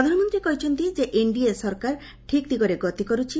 ପ୍ରଧାନମନ୍ତ୍ରୀ କହିଛନ୍ତି ଯେ ଏନ୍ଡିଏ ସରକାର ଠିକ୍ ଦିଗରେ ଗତି କରୁଛି